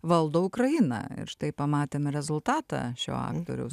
valdo ukrainą ir štai pamatėme rezultatą šio aktoriaus